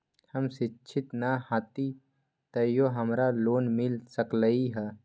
हम शिक्षित न हाति तयो हमरा लोन मिल सकलई ह?